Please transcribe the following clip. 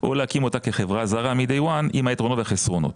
או להקים אותה כחברה זרה מ-Day one עם היתרונות והחסרונות.